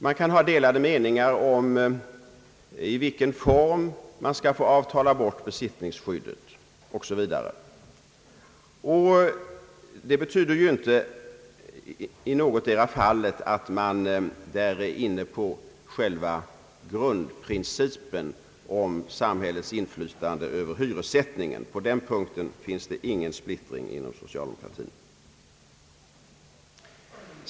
Man kan ha delade meningar om i vilken form man genom avtal skall få bort besittningsskyddet osv., och det betyder inte i någotdera fallet att man är inne på själva grundprincipen om samhällets inflytande över hyressättningen. På den punkten finns det ingen splittring inom socialdemokratin.